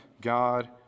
God